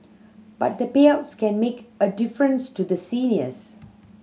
but the payouts can make a difference to the seniors